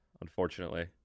unfortunately